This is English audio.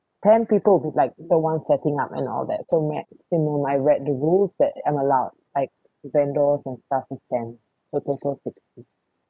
ten people would be like the one setting up and all that so maximum I read the rules that am allowed like vendors and stuff is ten so total is fifty